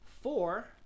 four